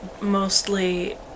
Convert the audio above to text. mostly